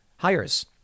hires